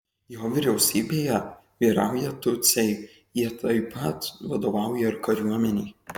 jo vyriausybėje vyrauja tutsiai jie taip pat vadovauja ir kariuomenei